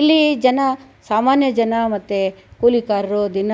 ಇಲ್ಲಿ ಜನ ಸಾಮಾನ್ಯ ಜನ ಮತ್ತೆ ಕೂಲಿಕಾರರು ದಿನ